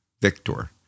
Victor